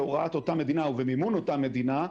בהוראת אותה מדינה ובמימון אותה מדינה,